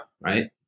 right